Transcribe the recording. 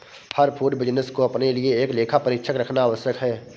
हर food business को अपने लिए एक लेखा परीक्षक रखना आवश्यक है